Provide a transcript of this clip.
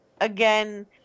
again